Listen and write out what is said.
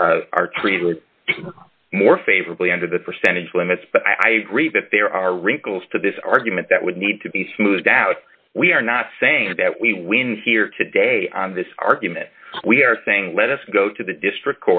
and are treated with more favorably under the percentage limits but i agree that there are wrinkles to this argument that would need to be smoothed out we are not saying that we win here today on this argument we are saying let us go to the district